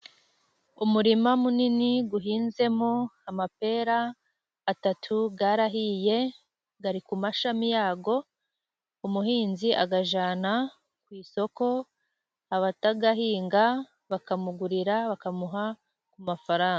Umurima munini uhinzemo amapera atatu, arahiye ari ku mashami yayo, umuhinzi ayajyana ku isoko abatayahinga bakamugurira bakamuha ku mafaranga.